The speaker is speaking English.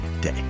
day